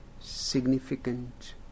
significant